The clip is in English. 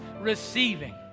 receiving